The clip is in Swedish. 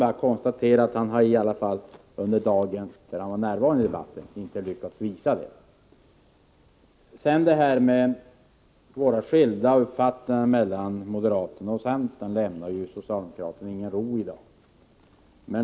Jag konstaterar bara att medan han var närvarande under debatten här i dag lyckades han inte visa att han ansluter sig till den. Frågan om centern och moderaterna har skilda uppfattningar lämnar inte socialdemokraterna någon ro i dag.